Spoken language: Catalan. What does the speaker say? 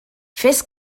fes